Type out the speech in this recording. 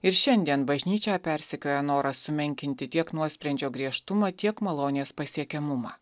ir šiandien bažnyčią persekioja noras sumenkinti tiek nuosprendžio griežtumą tiek malonės pasiekiamumą